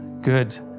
Good